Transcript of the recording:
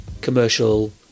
commercial